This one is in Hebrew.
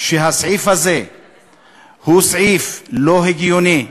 שהסעיף הזה הוא סעיף לא הגיוני,